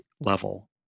level